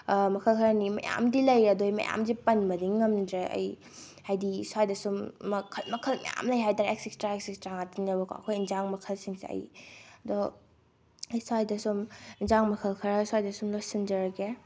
ꯃꯈꯜ ꯈꯔꯅꯤ ꯃꯌꯥꯝꯗꯤ ꯂꯩ ꯑꯗꯣ ꯃꯌꯥꯝꯁꯤ ꯄꯟꯕꯗꯤ ꯉꯝꯗ꯭ꯔꯦ ꯑꯩ ꯍꯥꯏꯗꯤ ꯁ꯭ꯋꯥꯏꯗꯁꯨꯝ ꯃꯈꯜ ꯃꯈꯜ ꯌꯥꯝ ꯂꯩ ꯍꯥꯏꯇꯥꯔꯦ ꯑꯦꯛꯁꯤꯁꯇ꯭ꯔꯥ ꯑꯦꯛꯁꯤꯁꯇ꯭ꯔꯥ ꯉꯥꯛꯇꯅꯦꯕꯀꯣ ꯑꯩꯈꯣꯏ ꯑꯦꯟꯁꯥꯡ ꯃꯈꯜꯁꯤꯡꯁꯦ ꯑꯩ ꯑꯗꯣ ꯑꯩ ꯁ꯭ꯋꯥꯏꯗꯁꯨꯝ ꯑꯦꯟꯁꯥꯡ ꯃꯈꯜ ꯈꯔ ꯁ꯭ꯋꯥꯏꯗꯁꯨꯝ ꯂꯣꯏꯁꯤꯟꯖꯔꯒꯦ